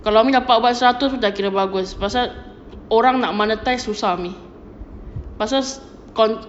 kalau umi dapat seratus dah kira bagus pasal orang nak monetize susah umi pasal con~